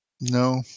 no